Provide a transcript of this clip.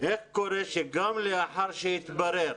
איך קורה שגם לאחר שהתברר